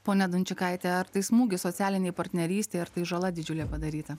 ponia dunčikaite ar tai smūgis socialinei partnerystei ar tai žala didžiulė padaryta